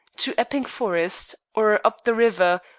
to epping forest, or up the river,